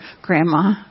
grandma